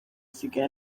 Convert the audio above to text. isigaye